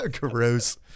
Gross